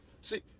See